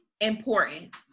important